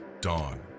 Dawn